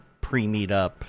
pre-meetup